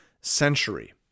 century